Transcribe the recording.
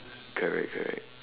correct correct